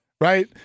Right